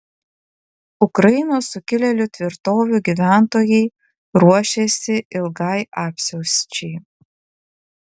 ukrainos sukilėlių tvirtovių gyventojai ruošiasi ilgai apsiausčiai